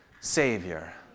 savior